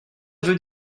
veut